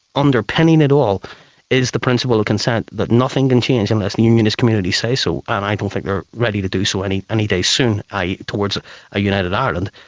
underpinning it all is the principal of consent, that nothing can change unless unionist communities say so. and i don't think they are ready to do so any any day soon, i. e. towards a united ireland.